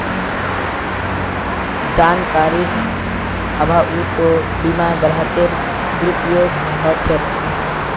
जानकारीर अभाउतो बीमा ग्राहकेर दुरुपयोग ह छेक